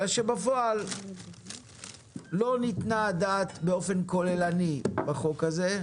אלא שבפועל לא ניתנה הדעת באופן כוללני בחוק הזה.